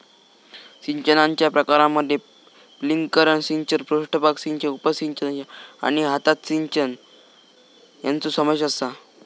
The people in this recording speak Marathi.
सिंचनाच्या प्रकारांमध्ये स्प्रिंकलर सिंचन, पृष्ठभाग सिंचन, उपसिंचन आणि हातान सिंचन यांचो समावेश आसा